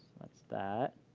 that's that.